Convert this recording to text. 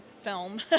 film